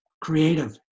creative